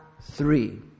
three